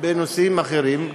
בנושאים אחרים,